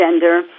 gender